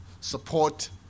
support